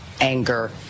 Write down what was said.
anger